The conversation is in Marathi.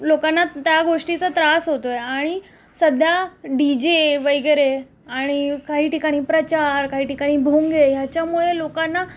लोकांना त्या गोष्टीचा त्रास होतो आहे आणि सध्या डी जे वगैरे आणि काही ठिकाणी प्रचार काही ठिकाणी भोंगे ह्याच्यामुळे लोकांना